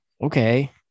okay